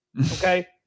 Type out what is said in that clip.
okay